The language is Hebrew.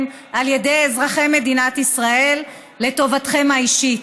על ידי אזרחי מדינת ישראל לטובתכם האישית.